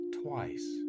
twice